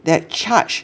that charge